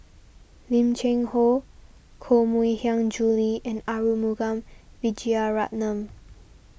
Lim Cheng Hoe Koh Mui Hiang Julie and Arumugam Vijiaratnam